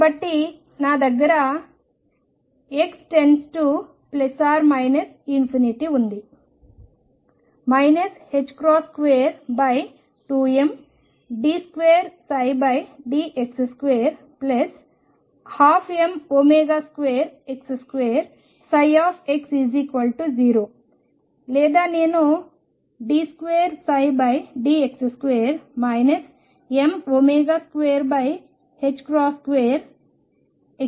కాబట్టి నా దగ్గర x → ఉంది 22md2dx2 12m2x2x0 లేదా నేను d2dx2 m22x2x0 అని వ్రాయగలను